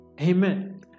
Amen